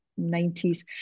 90s